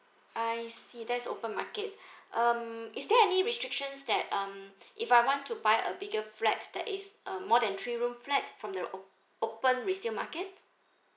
I see that is open market um is there any restrictions that um if I want to buy a bigger flat that is uh more than three room flat from your op~ open resale market